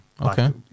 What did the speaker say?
Okay